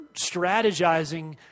strategizing